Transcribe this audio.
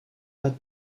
pas